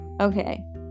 Okay